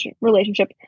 relationship